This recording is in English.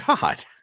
God